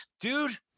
dude